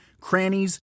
crannies